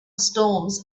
storms